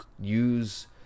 use